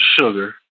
sugar